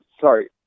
sorry